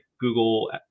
Google